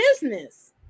business